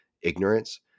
ignorance